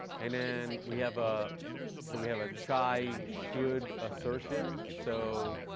and then we have ah so we have a chai should assertion. so